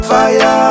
Fire